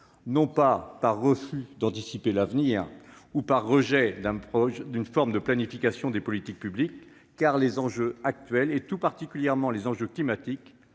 pas par refus d'anticiper l'avenir ou par rejet d'une forme de planification des politiques publiques. En effet, les enjeux actuels, tout particulièrement les enjeux climatiques,